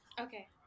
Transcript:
Okay